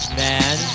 man